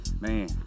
man